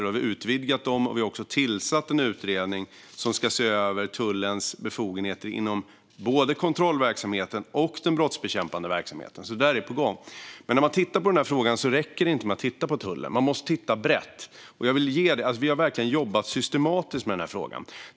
Vi har utvidgat dessa och också tillsatt en utredning som ska se över tullens befogenheter inom både kontrollverksamheten och den brottsbekämpande verksamheten, så detta är på gång. Om man tittar på frågan räcker det inte att titta bara på tullen, utan man måste titta brett. Vi har verkligen jobbat systematiskt med denna fråga.